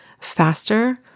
faster